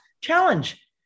challenge